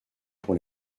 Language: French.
pour